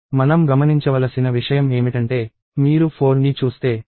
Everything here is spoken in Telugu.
మనం గమనించవలసిన విషయం ఏమిటంటే మీరు 4ని చూస్తే 4 అనేది ఇప్పటికే 22 గా ఉంది